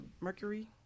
mercury